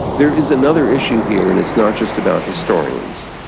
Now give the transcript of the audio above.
there is another issue here and it's not just about historians.